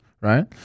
right